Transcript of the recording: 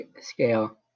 scale